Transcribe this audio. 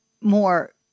more